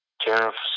tariffs